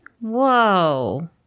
Whoa